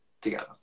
together